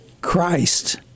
Christ